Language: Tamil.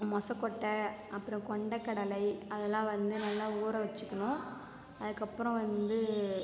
மொசக்கொட்டை அப்புறம் கொண்டக்கடலை அதெலாம் வந்து நல்லா ஊறவச்சுக்கணும் அதுக்கு அப்புறம் வந்து